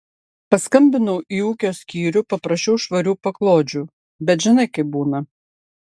paskambinau į ūkio skyrių paprašiau švarių paklodžių bet žinai kaip būna